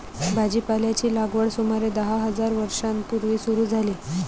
भाजीपाल्याची लागवड सुमारे दहा हजार वर्षां पूर्वी सुरू झाली